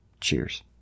cheers